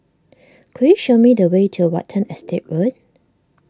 could you show me the way to Watten Estate Road